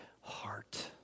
heart